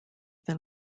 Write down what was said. than